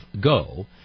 go